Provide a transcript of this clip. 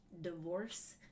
divorce